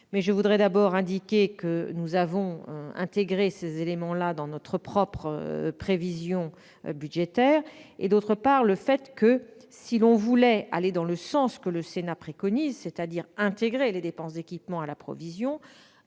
je veux indiquer que, d'une part, nous avons intégré ces éléments dans notre propre prévision budgétaire et que, d'autre part, si l'on voulait aller dans le sens que le Sénat préconise- c'est-à-dire intégrer les dépenses d'équipement à la provision